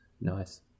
nice